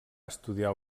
estudiar